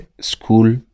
school